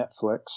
Netflix